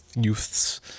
youths